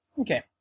Okay